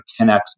10x